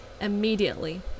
immediately